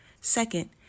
Second